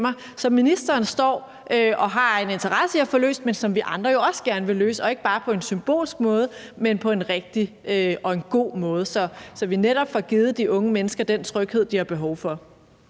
som ministeren står og har en interesse i at få løst, og som vi andre også gerne vil løse og ikke bare på en symbolsk måde, men på en rigtig og god måde, så vi netop får givet de unge mennesker den tryghed, de har behov for.